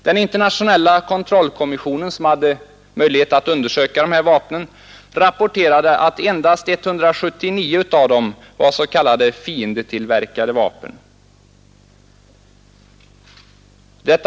Den internationella kontrollkommission som undersökte dessa vapen rapporterade att endast 179 av dem var s.k. fiendetillverkade vapen.